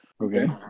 Okay